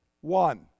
One